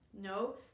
No